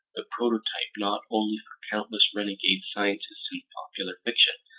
the prototype not only for countless renegade scientists in popular fiction,